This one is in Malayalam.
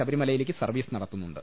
ശബരിമലയിലേക്ക് സർവ്വീസ് നടത്തുന്നുണ്ട്